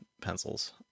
pencils